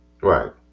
right